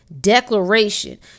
declaration